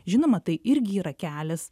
žinoma tai irgi yra kelias